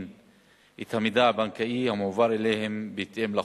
את המידע הבנקאי המועבר אליהם בהתאם לחוק.